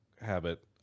habit